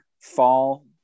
fall